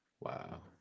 Wow